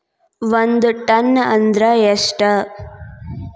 ಒಂದ್ ಟನ್ ಅಂದ್ರ ಎಷ್ಟ?